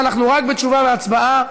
אנחנו רק בתשובה והצבעה.